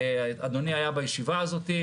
אדוני היה בישיבה הזאת,